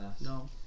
No